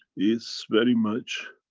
it's very much